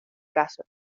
caso